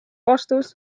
vastus